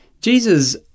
Jesus